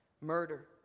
murder